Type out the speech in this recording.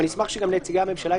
אבל נשמח שגם נציגי המשלה יתייחסו.